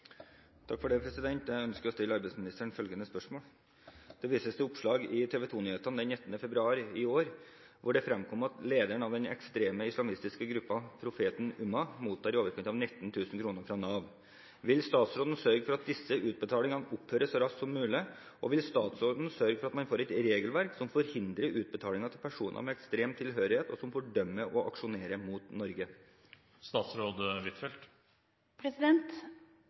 oppslag i TV 2-nyhetene den 19. februar d.å. hvor det fremkommer at lederen av den ekstreme islamistiske gruppen Profetens Ummah mottar i overkant av 19 000 kroner fra Nav. Vil statsråden sørge for at disse utbetalingene opphører så raskt som mulig, og vil statsråden sørge for at man får et regelverk som forhindrer utbetaling til personer med ekstrem tilhørighet, og som fordømmer og aksjonerer mot